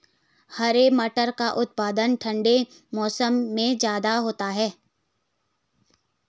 हरे मटर का उत्पादन ठंड के मौसम में ज्यादा होता है